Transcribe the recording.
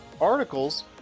articles